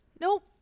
nope